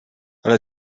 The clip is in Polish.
ale